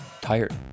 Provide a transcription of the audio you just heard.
Tired